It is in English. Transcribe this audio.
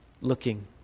looking